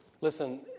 Listen